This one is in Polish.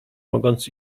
mogąc